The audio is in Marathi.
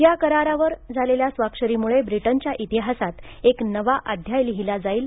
या करारावर झालेल्या स्वाक्षरींमुळे ब्रिटनच्या इतिहासांत एक नवा अध्याय लिहीला जाईल